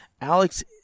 Alex